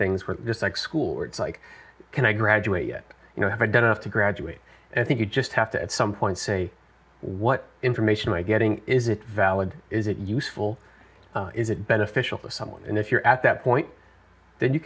things we're just like school or it's like can i graduate yet you know have i done enough to graduate and i think you just have to at some point say what information i getting is it valid is it useful is it beneficial to someone and if you're at that point then you